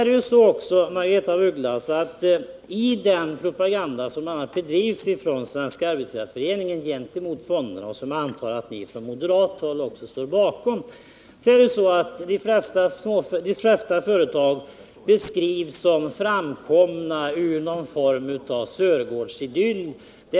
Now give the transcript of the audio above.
Men, Margaretha af Ugglas, i den propaganda som bedrivs från Svenska arbetsgivareföreningens sida gentemot löntagarfonderna och som jag antar att ni står bakom också från moderat håll beskrivs de flesta företag som framkomna ur någon form av Sörgårdsidyll.